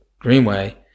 Greenway